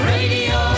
Radio